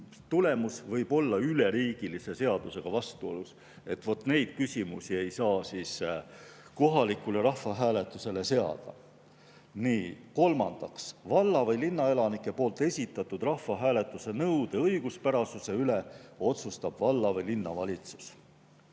seadusega vastuolus, üleriigilise seadusega vastuolus. Neid küsimusi ei saa kohalikule rahvahääletusele seada. Kolmandaks, valla‑ või linnaelanike esitatud rahvahääletuse nõude õiguspärasuse üle otsustab valla‑ või linnavalitsus.